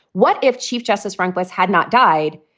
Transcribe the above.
what if chief justice rehnquist had not died?